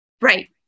Right